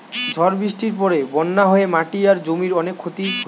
ঝড় বৃষ্টির পরে বন্যা হয়ে মাটি আর জমির অনেক ক্ষতি হইছে